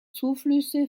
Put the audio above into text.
zuflüsse